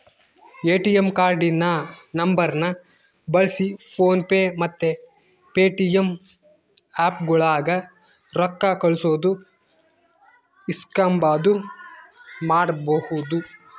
ATM ಕಾರ್ಡಿನ ನಂಬರ್ನ ಬಳ್ಸಿ ಫೋನ್ ಪೇ ಮತ್ತೆ ಪೇಟಿಎಮ್ ಆಪ್ಗುಳಾಗ ರೊಕ್ಕ ಕಳ್ಸೋದು ಇಸ್ಕಂಬದು ಮಾಡ್ಬಹುದು